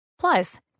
Plus